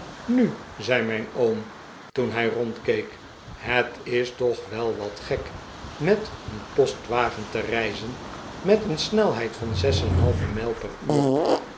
nu zei mijn oom toen hij rondkeek het is toch wel wat gek met een postwagen te reizen met een snelheid van zes en een halve mijl per uur